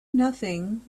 nothing